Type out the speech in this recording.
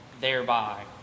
thereby